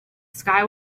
sky